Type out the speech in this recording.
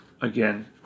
again